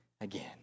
again